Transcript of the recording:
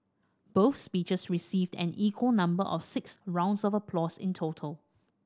both speeches received an equal number of six rounds of applause in total